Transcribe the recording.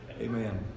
amen